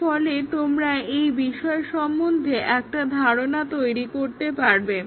এর ফলে তোমরা এই বিষয় সম্বন্ধে একটা ধারণা তৈরি করতে পারবে